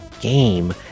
game